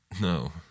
No